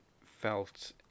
felt